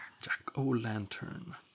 Jack-o-lantern